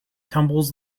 tumbles